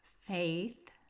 faith